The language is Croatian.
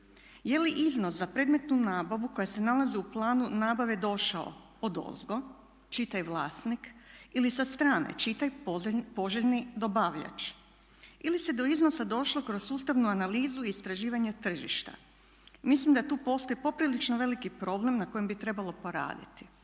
Je li iznos za predmetnu nabavu koja se nalazi u planu nabave došao odozdo, čitaj vlasnik ili sa strane čitaj poželjni dobavljač? Ili se do iznosa došlo kroz sustavnu analizu istraživanja tržišta? Mislim da tu postoji poprilično veliki problem na kojem bi trebalo proraditi.